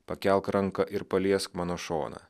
pakelk ranką ir paliesk mano šoną